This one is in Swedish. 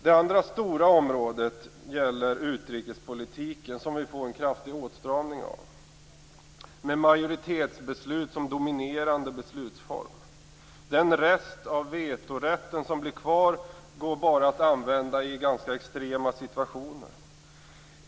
Det andra stora området gäller utrikespolitiken som vi får en kraftig åtstramning av, med majoritetsbeslut som dominerande beslutsform. Den rest av vetorätten som blir kvar går bara att använda i ganska extrema situationer.